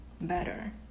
better